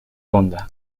onda